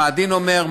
מה הדין אומר,